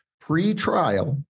pre-trial